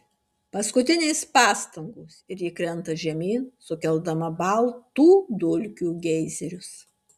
paskutinės pastangos ir ji krenta žemyn sukeldama baltų dulkių geizerius